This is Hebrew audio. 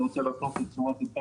אני רוצה להפנות את תשומת